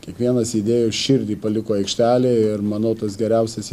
kiekvienas įdėjo širdį paliko aikštelę ir manau tas geriausias